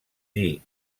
dir